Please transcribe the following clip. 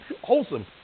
wholesome